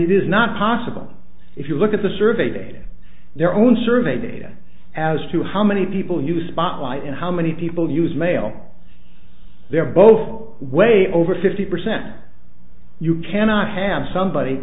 it is not possible if you look at the survey data their own survey data as to how many people you spotlight and how many people use mail they're both way over fifty percent you cannot have somebody